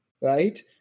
right